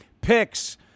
Picks